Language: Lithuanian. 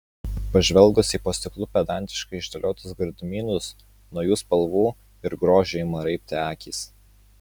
pažvelgus į po stiklu pedantiškai išdėliotus gardumynus nuo jų spalvų ir grožio ima raibti akys